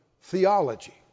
theology